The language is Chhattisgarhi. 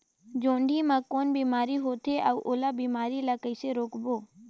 जोणी मा कौन बीमारी होथे अउ ओला बीमारी ला कइसे रोकबो?